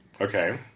Okay